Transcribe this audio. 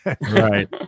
Right